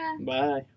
bye